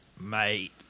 Mate